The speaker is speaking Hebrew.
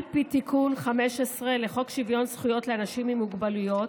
על פי תיקון 15 לחוק שוויון זכויות לאנשים עם מוגבלויות,